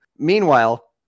Meanwhile